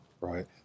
Right